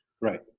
Right